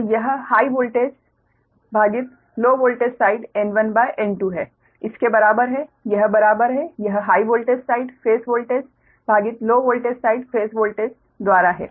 तो यह high voltage भागित लो वोल्टेज साइड N1N2 है इसके बराबर है यह बराबर है यह high voltage side phase voltage भागित low voltage side phase voltage द्वारा है